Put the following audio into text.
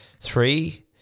Three